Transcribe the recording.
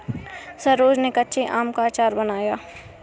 सरोज ने कच्चे आम का अचार बनाया